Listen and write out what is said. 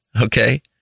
Okay